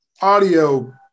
audio